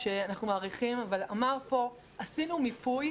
שאנחנו מעריכים, אבל הוא אמר פה: עשינו מיפוי,